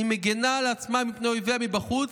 היא מגינה על עצמה מפני אויביה מבחוץ,